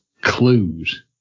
clues